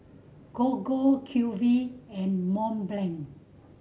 Gogo Q V and Mont Blanc